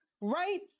right